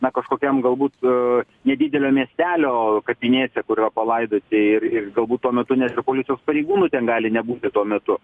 na kažkokiam galbūt nedidelio miestelio kapinėse kur yra palaidoti ir ir galbūt tuo metu net ir policijos pareigūnų ten gali nebūti tuo metu